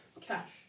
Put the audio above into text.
cash